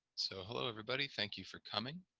so hello everybody. thank you for coming.